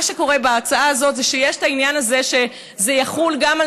מה שקורה בהצעה הזו זה שיש את העניין הזה שזה יחול גם על